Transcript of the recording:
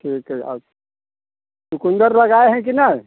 ठीक है और चुकुंदर लगाए हैं कि नहीं